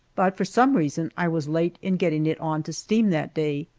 but for some reason i was late in getting it on to steam that day,